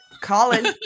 Colin